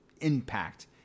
impact